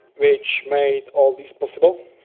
which made all these possible.